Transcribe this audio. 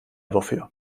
wofür